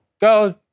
go